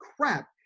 crap